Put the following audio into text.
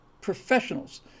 professionals